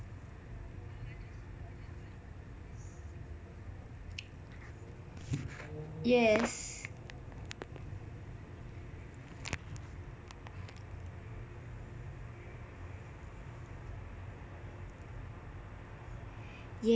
yes